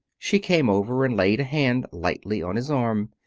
she came over and laid a hand lightly on his arm.